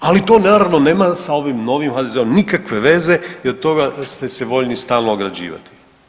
Ali to naravno nema sa ovim novim HDZ-om nikakve veze i od toga ste se voljni stalno ograđivati.